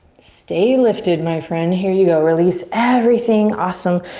stay lifted, my friend. here you go. release everything, awesome.